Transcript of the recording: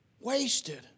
Wasted